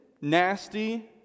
nasty